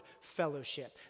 fellowship